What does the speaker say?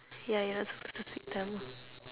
ya you're not supposed to speak Tamil